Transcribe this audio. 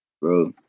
Bro